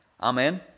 Amen